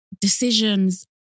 decisions